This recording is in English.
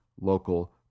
local